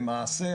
למעשה,